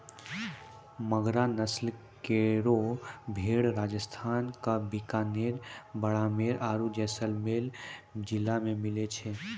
मगरा नस्ल केरो भेड़ राजस्थान क बीकानेर, बाड़मेर आरु जैसलमेर जिला मे मिलै छै